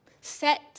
set